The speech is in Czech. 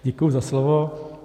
Děkuji za slovo.